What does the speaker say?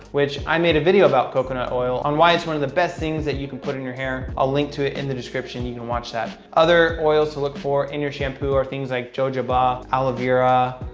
which i made a video about coconut oil on why it's one of the best things that you can put in your hair i'll link to it in the description you can watch that. other oils to look for in your shampoo are things like jojoba, ah aloe vera,